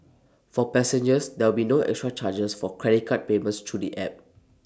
for passengers there'll be no extra charges for credit card payments through the app